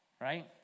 right